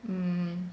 mm